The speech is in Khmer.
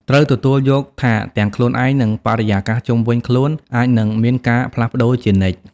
ត្រូវទទួលយកថាទាំងខ្លួនឯង និងបរិយាកាសជុំវិញខ្លួនអាចនឹងមានការផ្លាស់ប្តូរជានិច្ច។